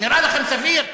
נראה לכם סביר?